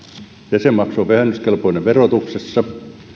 jäsenmaksu on vähennyskelpoinen verotuksessa ja